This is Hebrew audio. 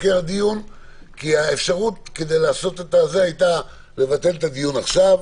כי האפשרות הייתה לבטל את הדיון עכשיו,